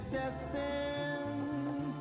destined